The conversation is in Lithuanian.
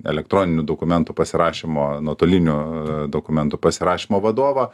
elektroninių dokumentų pasirašymo nuotoliniu dokumentų pasirašymo vadovą